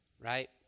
right